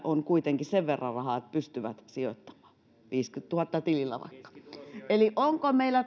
on kuitenkin sen verran rahaa että pystyvät sijoittamaan viidelläkymmenellätuhannella tilillä vaikka eli onko meillä